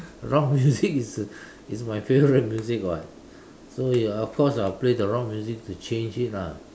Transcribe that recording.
rock music is the is my favourite music [what] so of course I will play the rock music to change it lah